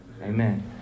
Amen